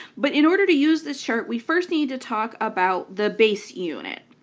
but in order to use this chart we first need to talk about the base unit,